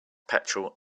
petrol